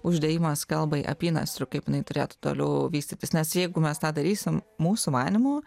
uždėjimas kalbai apynasriu kaip jinai turėtų toliau vystytis nes jeigu mes tą darysim mūsų manymu